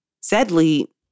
Sadly